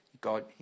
God